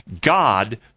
God